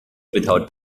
without